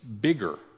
bigger